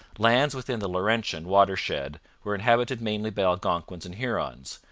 lands within the laurentian watershed were inhabited mainly by algonquins and hurons,